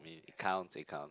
counts it count